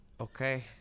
Okay